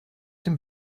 dem